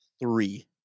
Three